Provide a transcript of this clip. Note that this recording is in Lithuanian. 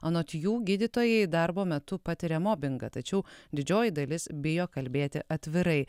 anot jų gydytojai darbo metu patiria mobingą tačiau didžioji dalis bijo kalbėti atvirai